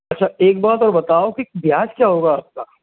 अच्छा एक बात और बताओ कि ब्याज क्या होगा आपका